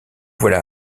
voilà